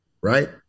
right